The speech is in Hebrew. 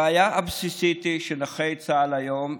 הבעיה הבסיסית היא שלנכי צה"ל היום,